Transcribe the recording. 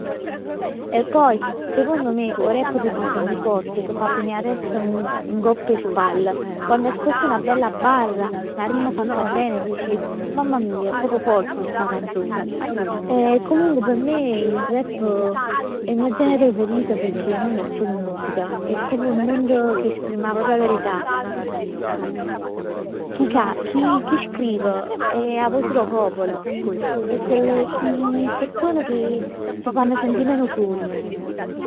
E poi secondo me 'o rap t' fa sentì forte, t' fa tenè 'a testa ngopp 'e spalle. Quann ascolti 'na bella barra, 'na rima fatta bene dici mamma mij è proprio forte sta canzon. E comunque p' me il rap è il mio genere preferito pecchè nun è solo musica. È proprio nu mondo che esprime la propria verità. Chi cant, chi chi scriv è 'a voce d' 'o popolo. E chell e chi 'e persone che ti fanno sentì meno soli.